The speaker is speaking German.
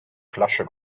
flasche